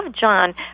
John